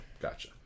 gotcha